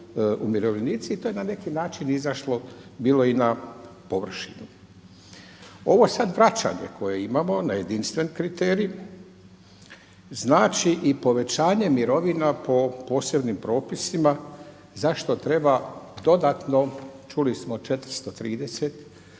umirovljenici, i to je na neki način izašlo bilo i na površinu. Ovo sad vraćanje koje imamo na jedinstven kriterij znači i povećanje mirovina po posebnim propisima zašto treba dodatno, čuli smo 430,